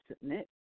submit